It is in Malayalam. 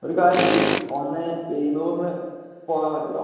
ഒരു കാര്യം ചെയ്യ് ഒന്ന് എഴുനൂറിന് പോകാൻ പറ്റുമോ